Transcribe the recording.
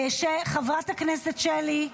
חברת הכנסת שלי,